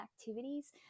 activities